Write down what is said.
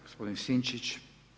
Gospodin Sinčić.